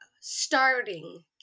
starting